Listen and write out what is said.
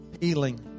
Healing